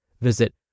Visit